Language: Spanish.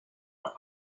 para